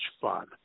fun